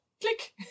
click